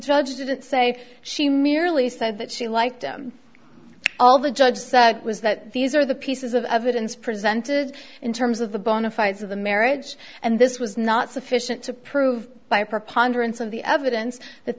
judge didn't say she merely said that she liked him all the judge said was that these are the pieces of evidence presented in terms of the bona fides of the marriage and this was not sufficient to prove by a preponderance of the evidence that